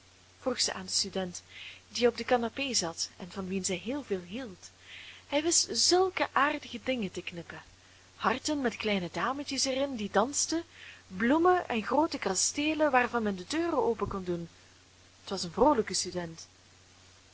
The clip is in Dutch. vroeg zij aan den student die op de canapé zat en van wien zij heel veel hield hij wist zulke aardige dingen te knippen harten met kleine dametjes er in die dansten bloemen en groote kasteelen waarvan men de deuren open kon doen t was een vroolijke student